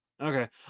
Okay